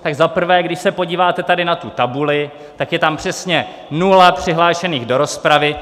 Tak za prvé: Když se podíváte tady na tu tabuli, tak je tam přesně nula přihlášených do rozpravy.